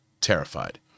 terrified